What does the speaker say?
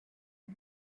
and